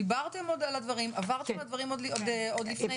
דיברתם עוד על הדברים, עברתם על הדברים עוד לפני.